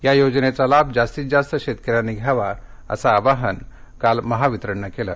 या योजनेचा लाभ जास्तीत जास्त शेतकऱ्यांनी घ्यावा असं आवाहन काल महावितरणनं केलं आहे